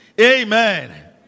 Amen